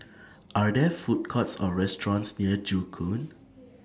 Are There Food Courts Or restaurants near Joo Koon